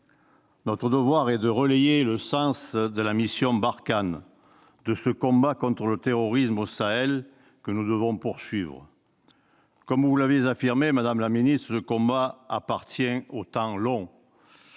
Notre devoir est de relayer le sens de la mission Barkhane, de ce combat contre le terrorisme au Sahel que nous devons poursuivre. Comme vous l'aviez affirmé, madame la ministre, ce combat « appartient au temps long